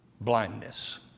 blindness